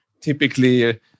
typically